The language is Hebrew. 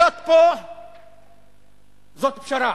להיות פה זו פשרה.